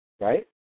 right